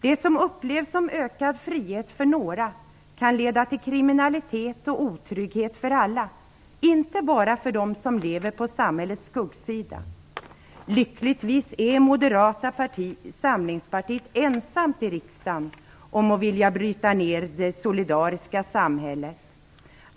Det som upplevs som ökad frihet för några kan leda till kriminalitet och otrygghet för alla, inte bara för dem som lever på samhällets skuggsida. Lyckligtvis är Moderata samlingspartiet ensamt i riksdagen om att vilja bryta ned det solidariska samhället.